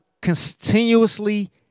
continuously